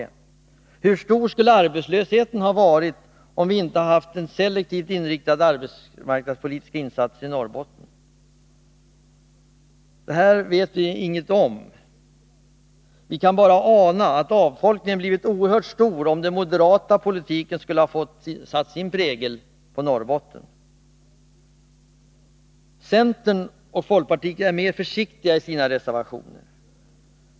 Hur stor skulle arbetslösheten ha varit om vi inte hade gjort selektivt inriktade arbetsmarknadspolitiska insatser i Norrbotten? Därom vet vi inget. Vi kan bara ana att avfolkningen blivit oerhört stor, om den moderata politiken skulle ha fått sätta sin prägel på Norrbotten. Centern och folkpartiet är mer försiktiga i sin reservation.